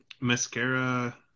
Mascara